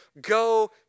go